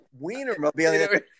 Wienermobile